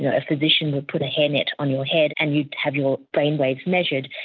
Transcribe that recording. ah a physician would put a hairnet on your head and you'd have your brainwaves measured.